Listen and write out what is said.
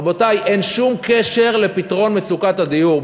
רבותי, אין שום קשר לפתרון מצוקת הדיור.